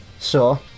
Sure